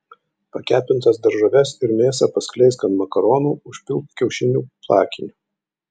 pakepintas daržoves ir mėsą paskleisk ant makaronų užpilk kiaušinių plakiniu